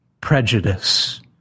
prejudice